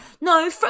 No